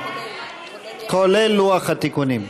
כולל לוח התיקונים.